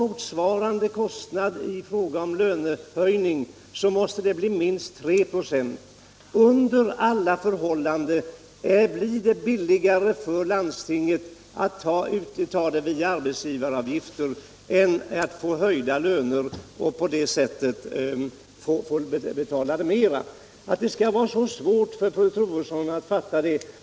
Motsvarande kostnad i form av höjda löner måste bli minst 3 26. Under alla förhållanden blir det billigare för landstingen att betala kostnaden via arbetsgivaravgifter än via höjda löner. Att det skall vara så svårt för fru Troedsson att fatta det!